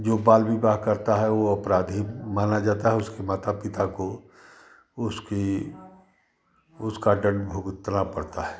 जो बाल विवाह करता है वह अपराधी माना जाता है उसके माता पिता को उसकी उसका दण्ड भुगतना पड़ता है